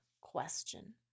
question